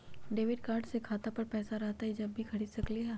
Debit card से खाता पर पैसा रहतई जब ही खरीद सकली ह?